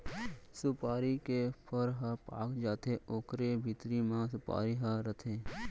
सुपारी के फर ह पाक जाथे ओकरे भीतरी म सुपारी ह रथे